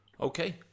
Okay